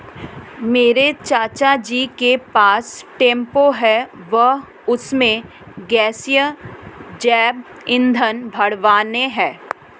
मेरे चाचा जी के पास टेंपो है वह उसमें गैसीय जैव ईंधन भरवाने हैं